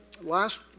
last